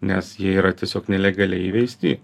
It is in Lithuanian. nes jie yra tiesiog nelegaliai įveisti